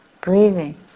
breathing